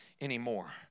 anymore